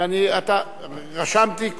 רשמתי,